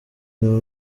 naba